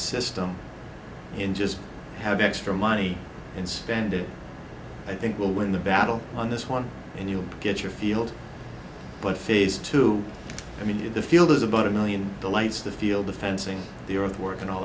system and just have extra money and spend it i think will win the battle on this one and you get your field but phase two i mean in the field is about a million the lights the field the fencing the earthwork and all